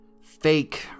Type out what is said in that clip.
fake